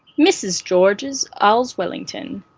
mrs georges allswellington.